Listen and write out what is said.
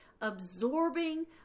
absorbing